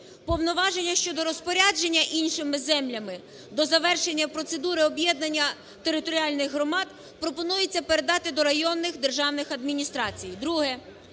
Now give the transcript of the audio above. Повноваження щодо розпорядження іншими землями до завершення процедури об'єднання територіальних громад пропонується передати до районних державних адміністрацій.